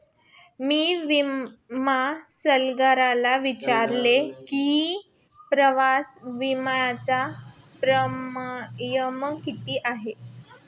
मी विमा सल्लागाराला विचारले की प्रवास विम्याचा प्रीमियम किती आहे?